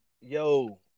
Yo